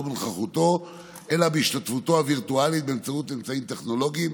בנוכחותו אלא בהשתתפותו הווירטואלית באמצעות אמצעים טכנולוגיים.